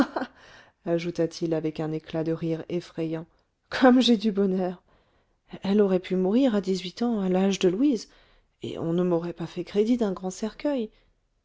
ah ajouta-t-il avec un éclat de rire effrayant comme j'ai du bonheur elle aurait pu mourir à dix-huit ans à l'âge de louise et on ne m'aurait pas fait crédit d'un grand cercueil